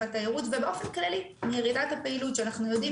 התיירות ובאופן כללי מירידת הפעילות שאנחנו יודעים